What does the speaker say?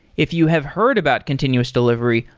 if you have heard about continuous delivery,